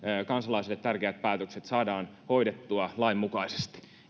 kansalaisille tärkeät päätökset saadaan hoidettua lain mukaisesti